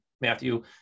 Matthew